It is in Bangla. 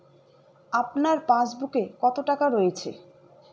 আপনার পাসবুকে কত টাকা রয়েছে?